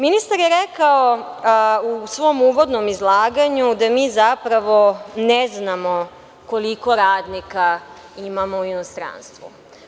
Ministar je rekao u svom uvodnom izlaganju da mi zapravo ne znamo koliko radnika imamo u inostranstvu.